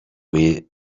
way